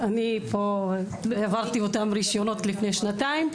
אני העברתי אותם רישיונות לפני שנתיים,